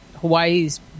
Hawaii's